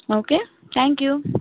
okay thank you